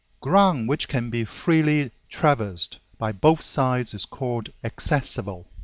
ground which can be freely traversed by both sides is called accessible.